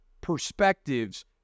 perspectives